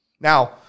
Now